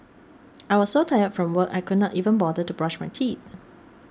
I was so tired from work I could not even bother to brush my teeth